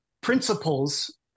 principles